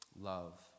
love